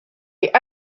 est